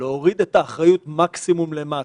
להוריד את האחריות מקסימום למטה.